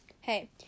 hey